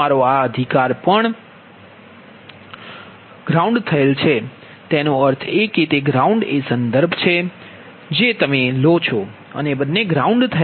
તમારો આ અધિકાર પણ ગ્રાઉન્ડ થયેલ છે તેનો અર્થ એ કે તે ગ્રાઉન્ડ એ સંદર્ભ છે જે તમે લો છો અને બંને ગ્રાઉન્ડ થયા છે